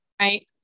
right